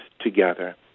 together